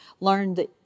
learned